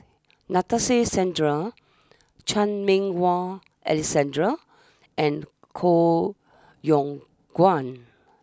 Nadasen Chandra Chan Meng Wah Alexander and Koh Yong Guan